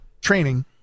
Training